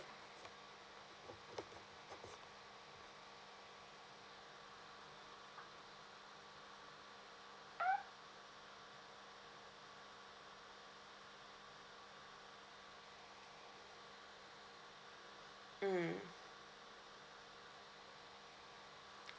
mm